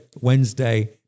Wednesday